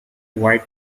white